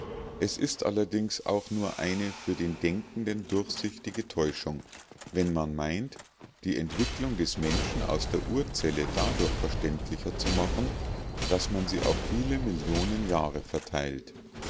es ist allerdings auch nur eine für den denkenden durchsichtige täuschung wenn man meint die entwicklung des menschen aus der urzelle dadurch verständlicher zu machen daß man sie auf viele millionen jahre verteilt